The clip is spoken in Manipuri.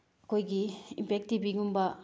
ꯑꯩꯈꯣꯏꯒꯤ ꯏꯝꯄꯦꯛ ꯇꯤ ꯕꯤꯒꯨꯝꯕ